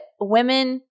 women